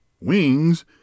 Wings